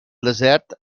desert